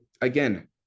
again